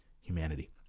humanity